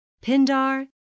Pindar